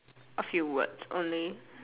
A few words only